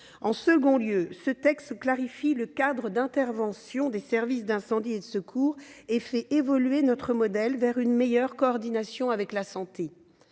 En deuxième lieu, ce texte clarifie le cadre d'intervention des services d'incendie et de secours et fait évoluer notre modèle vers une meilleure coordination avec les